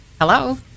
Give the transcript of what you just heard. hello